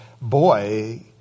boy